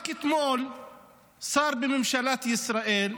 רק אתמול שר בממשלת ישראל,